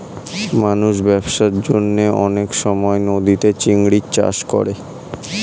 মানুষ ব্যবসার জন্যে অনেক সময় নদীতে চিংড়ির চাষ করে